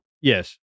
Yes